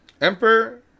Emperor